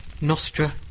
Nostra